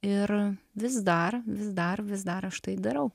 ir vis dar vis dar vis dar aš tai darau